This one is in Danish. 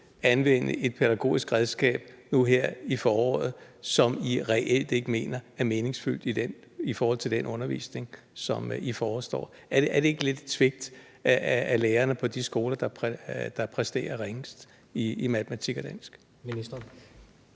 anvende et pædagogisk redskab nu her i foråret, som I reelt ikke mener er meningsfyldt i forhold til den undervisning, som I forestår. Er det ikke lidt et svigt af lærerne på de skoler, der præsterer ringest i matematik og dansk? Kl.